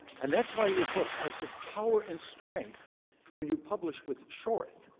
and that's why your books have such power and strength when you publish with shorth.